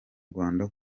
rwanda